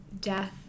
death